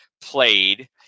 played